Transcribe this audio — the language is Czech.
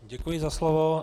Děkuji za slovo.